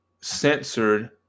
censored